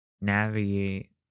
navigate